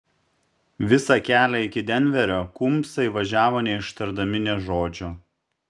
visą kelią iki denverio kumbsai važiavo neištardami nė žodžio